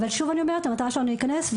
המטרה שלנו היא להיכנס,